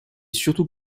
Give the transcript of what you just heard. surtout